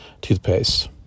toothpaste